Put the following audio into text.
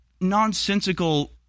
nonsensical